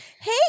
Hey